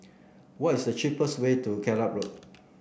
what is the cheapest way to Gallop Road